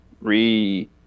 re